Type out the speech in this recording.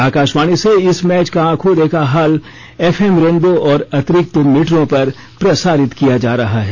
आकाशवाणी से इस मैच का आंखों देखा हाल एफएम रेनबो और अतिरिक्त मीटरों पर प्रसारित किया जा रहा है